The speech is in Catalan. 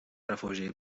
refugi